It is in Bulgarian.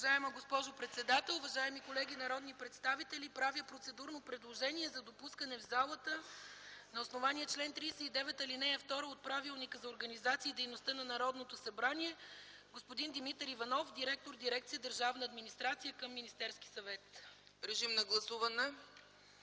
Уважаема госпожо председател, уважаеми колеги народни представители! Правя процедурно предложение за допускане в залата на основание чл. 39, ал. 2 от Правилника за организацията и дейността на Народното събрание на господин Димитър Иванов – директор на дирекция „Държавна администрация” към Министерския съвет. ПРЕДСЕДАТЕЛ